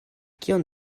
kion